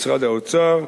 משרד האוצר,